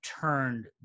turned